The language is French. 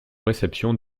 réceptions